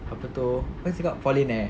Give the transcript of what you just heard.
apa tu apa dia cakap fall in eh